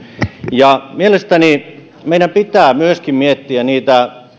mielestäni meidän pitää miettiä myöskin niitä